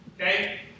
Okay